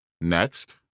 Next